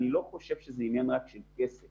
אני לא זוכר שיעור כל כך